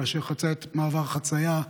כאשר חצה מעבר חצייה,